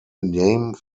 name